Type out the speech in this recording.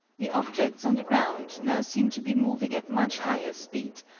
the objects on the ground now seem to be moving at much higher speed,